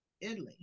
Italy